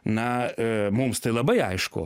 na a mums tai labai aišku